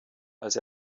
als